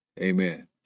Amen